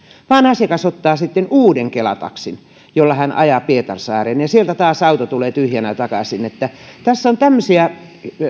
vaan asiakas ottaa sitten uuden kela taksin jolla hän ajaa pietarsaareen ja sieltä taas auto tulee tyhjänä takaisin että tässä on tämmöisiä